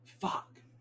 Fuck